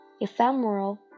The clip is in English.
Ephemeral